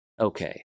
okay